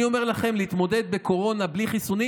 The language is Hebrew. אני אומר לכם שלהתמודד בקורונה בלי חיסונים,